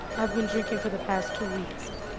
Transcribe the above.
i've been drinking for the past two weeks.